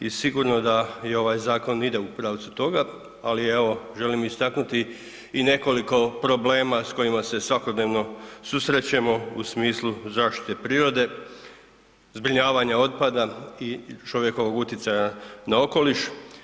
I sigurno da ovaj zakon ide u pravcu toga, ali evo želim istaknuti i nekoliko problema s kojima se svakodnevno susrećemo u smislu zaštite prirode, zbrinjavanja otpada i čovjekovog utjecaja na okoliš.